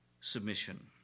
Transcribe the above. submission